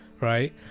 right